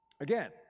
Again